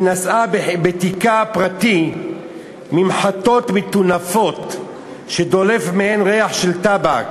היא נשאה בתיקה הפרטי ממחטות מטונפות שדולף מהן ריח של טבק,